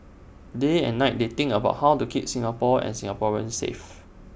day and night they think about how to keep Singapore and Singaporeans safe